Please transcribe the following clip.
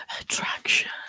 Attraction